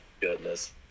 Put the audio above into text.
goodness